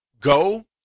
go